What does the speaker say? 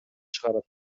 чыгарат